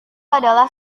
adalah